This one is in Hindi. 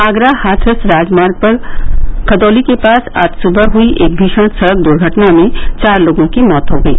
आगरा हाथरस राजमार्ग पर खदौली के पास आज सुबह हुई एक भीषण सड़क दुर्घटना में चार लोगों की मौत हो गयी